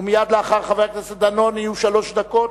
ומייד לאחר חבר הכנסת דנון יהיו שלוש דקות.